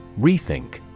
Rethink